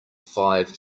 five